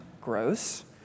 Gross